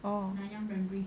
orh